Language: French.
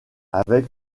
avec